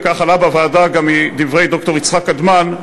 וכך עלה בוועדה גם מדברי ד"ר יצחק קדמן,